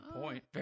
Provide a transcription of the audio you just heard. point